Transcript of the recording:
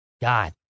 God